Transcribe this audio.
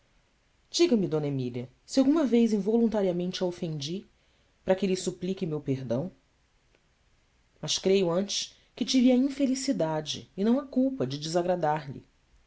diga-me d emília se alguma vez involuntariamente a ofendi para que lhe suplique meu perdão mas creio antes que tive a infelicidade e não a culpa de desagradar lhe